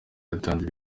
yatanze